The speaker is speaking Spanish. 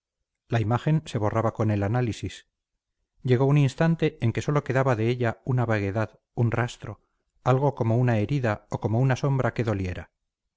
la imagen se borraba con el análisis llegó un instante en que sólo quedaba de ella una vaguedad un rastro algo como una herida o como una sombra que doliera